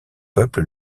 peuple